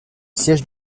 siège